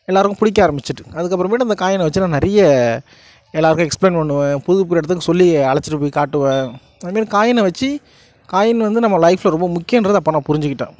எல்லாருக்கும் பிடிக்க ஆரம்பிச்சிட்டு அதுக்கப்புறமேட்டு இந்த காயினை வச்சி நான் நிறைய எல்லாருக்கும் எக்ஸ்பிளைன் பண்ணுவேன் புது போகிற இடத்துக்கு சொல்லி அழைச்சிட்டு போய் காட்டுவேன் அது மாரி காயினை வச்சி காயின் வந்து நம்ம லைஃபில் ரொம்ப முக்கியம்றத அப்போ நான் புரிஞ்சிக்கிட்டேன்